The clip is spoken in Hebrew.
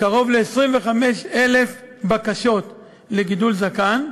קרוב ל-25,000 בקשות לגידול זקן,